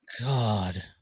God